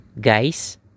guys